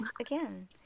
again